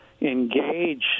engage